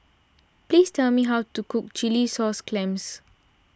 Please tell me how to cook Chilli Sauce Clams